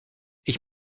ich